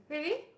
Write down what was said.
really